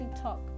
talk